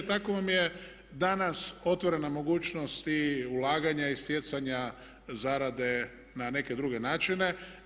Tako vam je danas otvorena mogućnost i ulaganja i stjecanja zarade na neke druge načine.